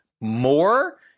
more